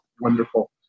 wonderful